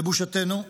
לבושתנו,